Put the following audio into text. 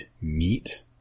meat